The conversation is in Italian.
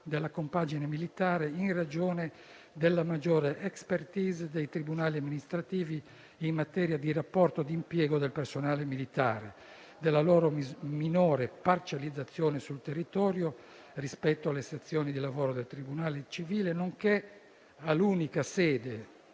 della compagine militare, in ragione della maggiore *expertise* dei tribunali amministrativi in materia di rapporto di impiego del personale militare, della loro minore parcellizzazione sul territorio rispetto alle sezioni di lavoro del tribunale civile, nonché all'unica sede,